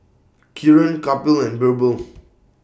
Kiran Kapil and Birbal